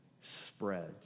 spreads